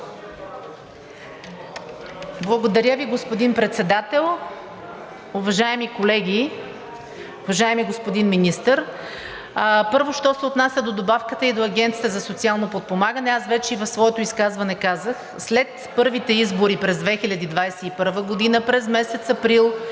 Благодаря Ви, господин Председател. Уважаеми колеги, уважаеми господин Министър! Първо, що се отнася до добавката и до Агенцията за социално подпомагане, аз и в своето изказване казах: след първите избори през 2021 г. през месец април